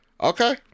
okay